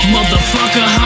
Motherfucker